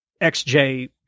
XJ